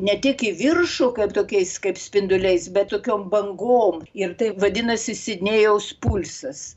ne tik į viršų kaip tokiais kaip spinduliais bet tokiom bangom ir tai vadinasi sidnėjaus pulsas